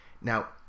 Now